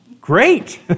Great